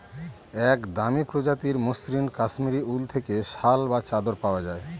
এক দামি প্রজাতির মসৃন কাশ্মীরি উল থেকে শাল বা চাদর পাওয়া যায়